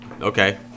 okay –